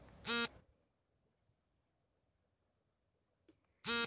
ನನ್ನ ಮಗಳು ಎಂಟನೇ ತರಗತಿಯಲ್ಲಿ ಓದುತ್ತಿದ್ದಾಳೆ ಅವಳಿಗೆ ವಿಮೆ ಮಾಡಿಸಬಹುದೇ?